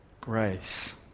grace